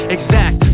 Exact